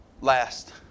last